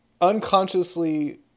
unconsciously